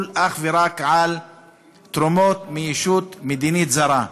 אך ורק על תרומות מישות מדינית זרה.